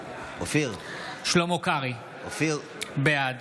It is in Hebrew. בהצבעה שלמה קרעי, בעד